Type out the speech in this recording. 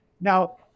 Now